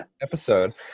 episode